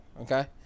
Okay